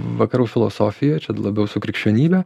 vakarų filosofijo čia labiau su krikščionybe